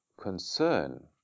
concern